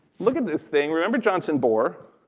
look at this thing. remember johnson bohr?